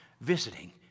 visiting